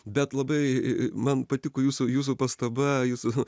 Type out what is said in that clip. bet labai man patiko jūsų jūsų pastaba jūsų